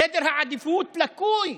סדר העדיפויות לקוי.